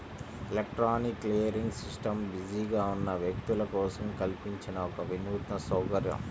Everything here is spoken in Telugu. ఎలక్ట్రానిక్ క్లియరింగ్ సిస్టమ్ బిజీగా ఉన్న వ్యక్తుల కోసం కల్పించిన ఒక వినూత్న సౌకర్యం